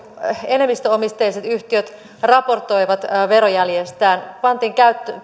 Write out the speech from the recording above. enemmistöomisteiset yhtiöt raportoivat verojäljestään pantiin